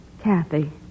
Kathy